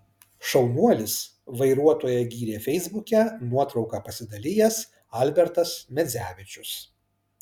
šaunuolis vairuotoją gyrė feisbuke nuotrauka pasidalijęs albertas medzevičius